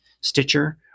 Stitcher